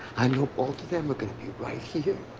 i know both of them are going to be right here